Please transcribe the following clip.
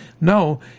no